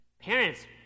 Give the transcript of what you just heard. Parents